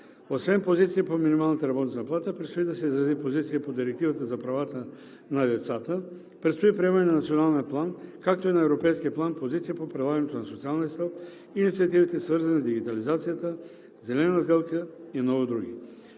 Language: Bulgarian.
Освен позиция по минималната работна заплата предстои да се изрази позиция по Директивата за правата на децата, предстои приемане на Националния план, както и на Европейския план, позиция по прилагането на Социалния стълб, инициативите, свързани с дигитализация, зелена сделка и много други.